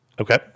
Okay